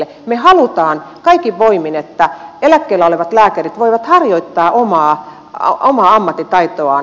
me haluamme kaikin voimin että eläkkeellä olevat lääkärit voivat harjoittaa omaa ammattitaitoaan